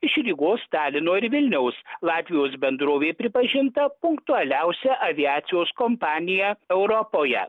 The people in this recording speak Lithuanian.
iš rygos talino ir vilniaus latvijos bendrovė pripažinta punktualiausia aviacijos kompanija europoje